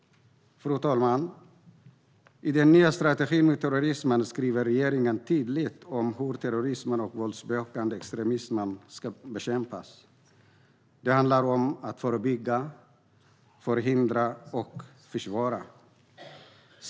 Fru talman! I den nya strategin mot terrorism skriver regeringen tydligt hur terrorism och våldsbejakande extremism ska bekämpas. Det handlar om att förebygga, förhindra och försvåra.